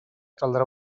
caldrà